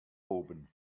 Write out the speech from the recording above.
oben